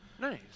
Nice